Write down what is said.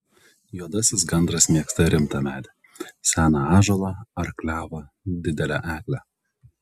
juodasis gandras mėgsta rimtą medį seną ąžuolą ar klevą didelę eglę